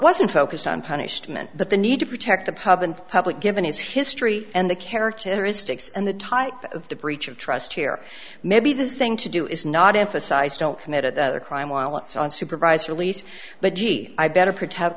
wasn't focused on punishment but the need to protect the pub and public given his history and the characteristics and the type of the breach of trust here maybe the thing to do is not emphasize don't commit a crime while it's on supervised release but gee i better protect